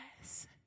yes